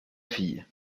fille